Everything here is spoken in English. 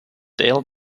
dale